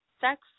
sex